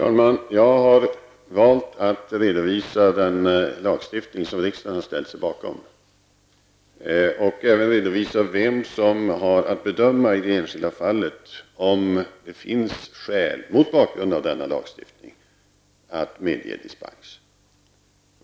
Herr talman! Jag har valt att redovisa den lagstiftning som riksdagen har ställt sig bakom, och även redovisa vem som har att bedöma i det enskilda fallet om det finns skäl -- mot bakgrund av denna lagstiftning -- att medge dispens.